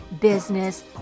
business